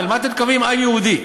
למה אתם מתכוונים ב"עם יהודי"?